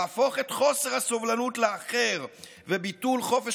להפוך את חוסר הסובלנות לאחר וביטול חופש